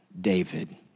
David